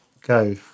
go